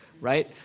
right